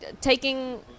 taking